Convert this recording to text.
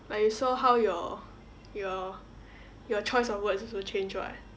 like you saw how your your your choice of words also change [what]